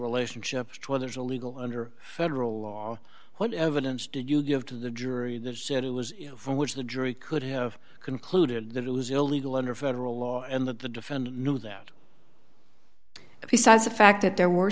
relationship to others illegal under federal law what evidence did you give to the jury that said it was for which the jury could have concluded that it was illegal under federal law and that the defendant knew that besides the fact that there were